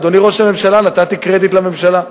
אדוני ראש הממשלה, נתתי קרדיט לממשלה.